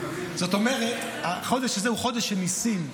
זאת אומרת, החודש הזה הוא חודש של ניסים.